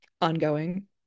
ongoing